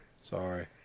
Sorry